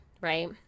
right